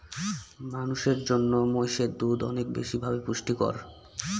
মানুষের জন্য মহিষের দুধ অনেক বেশি ভাবে পুষ্টিকর